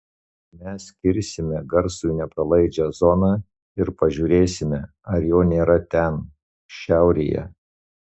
mes kirsime garsui nepralaidžią zoną ir pažiūrėsime ar jo nėra ten šiaurėje